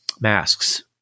Masks